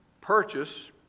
purchase